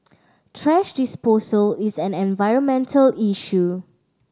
thrash disposal is an environmental issue